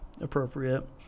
appropriate